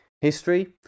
history